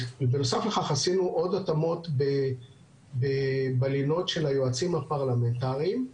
עשינו עוד התאמות בלילות של היועצים הפרלמנטריים.